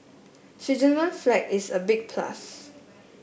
Switzerland's flag is a big plus